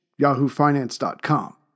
yahoofinance.com